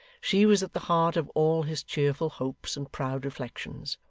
she was at the heart of all his cheerful hopes and proud reflections.